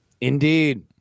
indeed